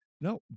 No